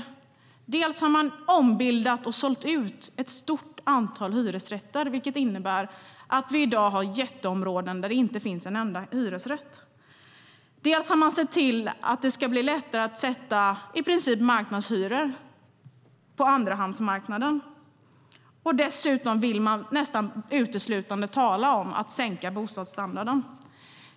Man har ombildat och sålt ut ett stort antal hyresrätter, vilket innebär att vi i dag har jätteområden där det inte finns en enda hyresrätt. Man har sett till att det ska bli lättare att i princip sätta marknadshyror på andrahandsmarknaden. Dessutom vill man nästan uteslutande tala om att sänka bostadsstandarden.